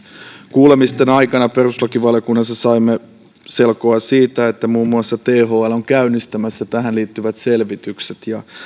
kuulemisten aikana perustuslakivaliokunnassa saimme selkoa siitä että muun muassa thl on käynnistämässä tähän liittyvät selvitykset ja